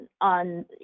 on